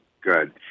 good